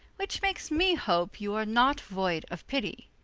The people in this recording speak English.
which makes me hope you are not void of pitty.